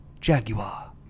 Jaguar